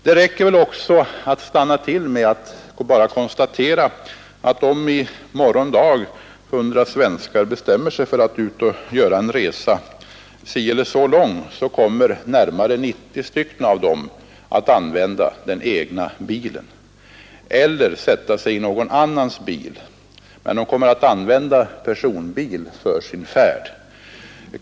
Det är väl också tillräckligt att stanna till och konstatera att, om i morgon dag 100 svenskar bestämmer sig för att göra en resa av en viss längd, kommer närmare 90 av dem att använda den egna bilen eller sätta sig i någon annans bil.